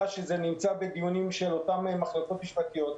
שזה נמצא בדיונים של אותן מחלקות משפטיות.